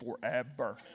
forever